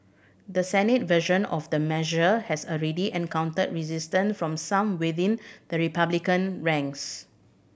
the Senate version of the measure has already encountered resistance from some within the Republican ranks